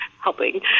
helping